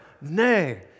Nay